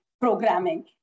programming